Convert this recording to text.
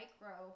micro